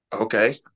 Okay